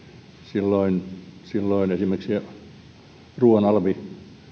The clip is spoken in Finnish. silloin silloin esimerkiksi ruuan alvi